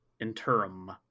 interim